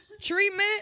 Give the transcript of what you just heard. Treatment